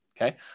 okay